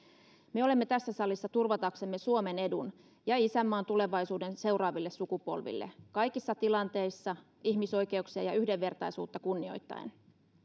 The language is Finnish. me olemme tässä salissa turvataksemme suomen edun ja isänmaan tulevaisuuden seuraaville sukupolville kaikissa tilanteissa ihmisoikeuksia ja yhdenvertaisuutta kunnioittaen